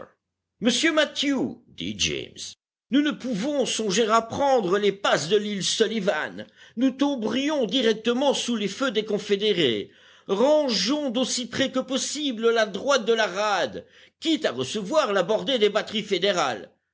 monsieur mathew dit james nous ne pouvons songer à prendre les passes de l'île sullivan nous tomberions directement sous les feux des confédérés rangeons d'aussi près que possible la droite de la rade quitte à recevoir la bordée des batteries fédérales